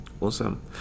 Awesome